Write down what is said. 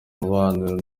umubabaro